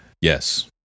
Yes